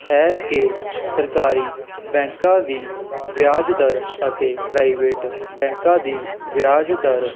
ਹੈ ਕਿ ਸਰਕਾਰੀ ਬੈਂਕਾਂ ਦੀ ਵਿਆਜ ਦਰ ਅਤੇ ਪ੍ਰਾਈਵੇਟ ਬੈਂਕਾਂ ਦੀ ਵਿਆਜ ਦਰ